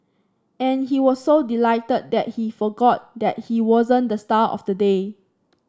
and he was so delighted that he forgot that he wasn't the star of the day